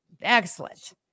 Excellent